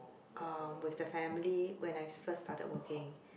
uh with the family when I first started working